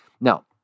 Now